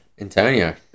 Antonio